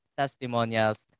testimonials